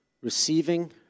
Receiving